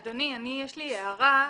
אדוני, יש לי הערה.